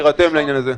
להירתם לעניין הזה.